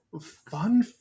fun